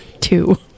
two